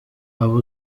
abo